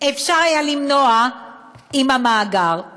היה אפשר למנוע עם המאגר,